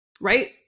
right